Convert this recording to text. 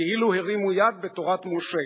כאילו הרימו יד בתורת משה,